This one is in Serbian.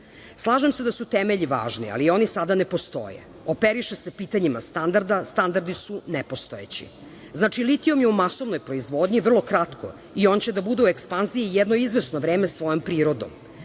se da su temelji važni, ali oni sada ne postoje. Operiše se pitanjima standarda, standardi su nepostojeći. Znači, litijum je u masovnoj proizvodnji vrlo kratko i on će da bude u ekspanziji jedno izvesno vreme svojom prirodom.